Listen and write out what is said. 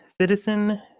Citizen